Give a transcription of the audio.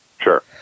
sure